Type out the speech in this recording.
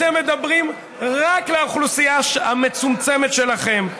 אבל אתם מדברים רק לאוכלוסייה המצומצמת שלכם.